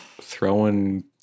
Throwing